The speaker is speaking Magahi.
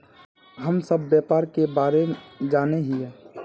हम सब व्यापार के बारे जाने हिये?